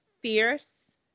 fierce